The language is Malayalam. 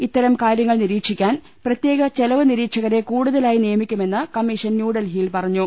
ഇത്തരം കാര്യങ്ങൾ നിരീക്ഷിക്കാൻ പ്രത്യേക ചെലവ് നിരീക്ഷകരെ കൂടുതലായി നിയമി ക്കുമെന്ന് കമ്മീഷൻ ന്യൂഡൽഹിയിൽ പറഞ്ഞു